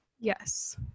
Yes